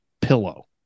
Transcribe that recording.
pillow